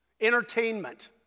entertainment